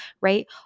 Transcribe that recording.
right